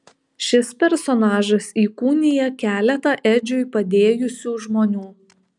šis personažas įkūnija keletą edžiui padėjusių žmonių